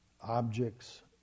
objects